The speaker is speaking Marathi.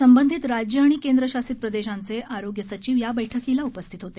संबंधित राज्य आणि केंद्र शासित प्रदेशाचे आरोग्य सचिव या बैठकीला उपस्थित होते